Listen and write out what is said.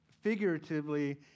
figuratively